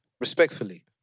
respectfully